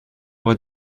pour